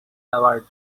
award